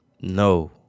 no